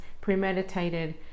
premeditated